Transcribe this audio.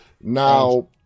Now